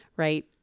Right